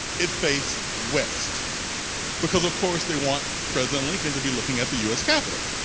it faced west because of course they want president lincoln to be looking at the us capital.